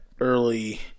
early